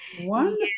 Wonderful